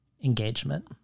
engagement